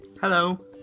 Hello